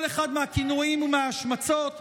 כל אחד מהכינויים ומההשמצות מעידים,